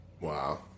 Wow